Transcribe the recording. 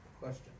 Question